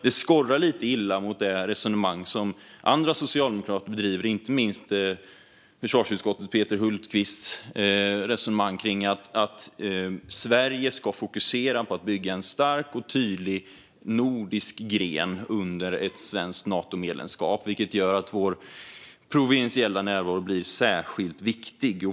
Det skorrar lite illa mot det resonemang som andra socialdemokrater för, inte minst försvarsutskottets Peter Hultqvists resonemang om att Sverige ska fokusera på att bygga en stark och tydlig nordisk gren under ett svenskt Natomedlemskap. Detta gör att vår provinsiella närvaro blir särskilt viktig.